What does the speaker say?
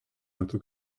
metu